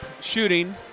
shooting